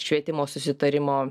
švietimo susitarimo